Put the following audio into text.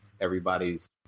everybody's